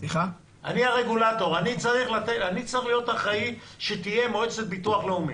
אני צריך להיות אחראי שתהיה מועצת ביטוח לאומי.